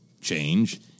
change